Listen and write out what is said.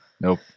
Nope